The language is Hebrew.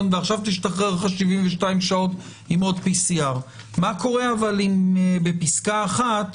ועכשיו תשחרר לך 72 שעות עם עוד PCR. מה קורה בפסקה 1?